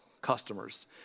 customers